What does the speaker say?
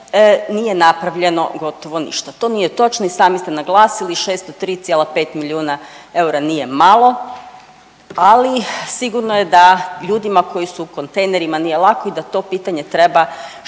nije napravljeno gotovo ništa. To nije točno. I sami ste naglasili 603,5 milijuna eura nije malo, ali sigurno je da ljudima koji su u kontejnerima nije lako i da to pitanje treba što